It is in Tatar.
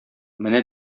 менә